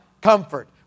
Comfort